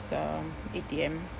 um A_T_M